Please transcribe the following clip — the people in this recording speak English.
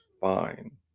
fine